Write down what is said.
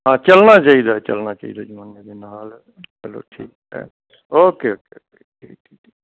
ਹਾਂ ਚੱਲਣਾ ਚਾਹੀਦਾ ਚੱਲਣਾ ਚਾਹੀਦਾ ਜ਼ਮਾਨੇ ਦੇ ਨਾਲ ਚਲੋ ਠੀਕ ਹੈ ਓਕੇ ਓਕੇ ਓਕੇ ਠੀਕ ਠੀਕ ਠੀਕ